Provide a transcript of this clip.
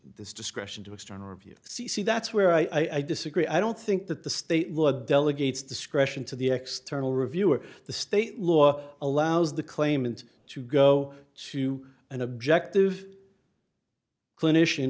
this discretion to external review c c that's where i disagree i don't think that the state law delegates discretion to the external review or the state law allows the claimant to go to an objective clinician